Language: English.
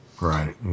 Right